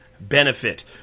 benefit